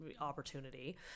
opportunity